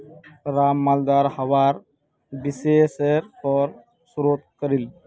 राम मालदार हवार विषयर् पर शोध करील